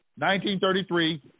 1933